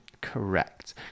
Correct